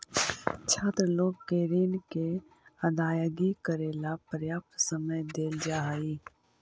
छात्र लोग के ऋण के अदायगी करेला पर्याप्त समय देल जा हई